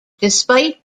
despite